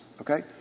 Okay